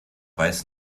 weiß